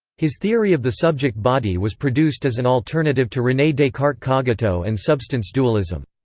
his theory of the subject-body was produced as an alternative to rene descartes' cogito and substance dualism.